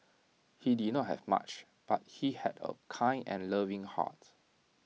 he did not have much but he had A kind and loving heart